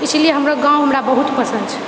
इसीलिए हमरो गाँव हमरा बहुत पसन्द छै